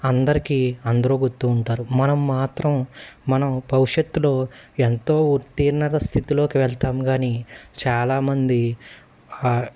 అందరికీ అందరూ గుర్తుూ ఉంటారు మనం మాత్రం మనం భవిష్యత్తులో ఎంతో ఉత్తీర్ణత స్థితిలోకి వెళ్తాం గానీ చాలామంది